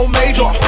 major